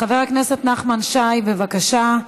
חבר הכנסת נחמן שי, בבקשה.